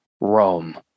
Rome